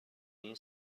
این